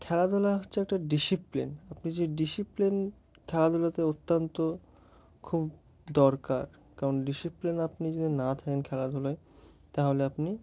খেলাধুলা হচ্ছে একটা ডিসিপ্লিন আপনি যদি ডিসিপ্লিন খেলাধুলাতে অত্যন্ত খুব দরকার কারণ ডিসিপ্লিন আপনি যদি না থাকেন খেলাধুলায় তাহলে আপনি